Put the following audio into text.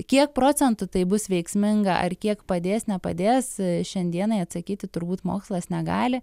kiek procentų tai bus veiksminga ar kiek padės nepadės šiandienai atsakyti turbūt mokslas negali